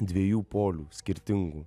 dviejų polių skirtingų